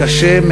קשה,